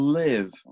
live